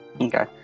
Okay